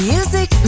Music